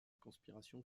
conspiration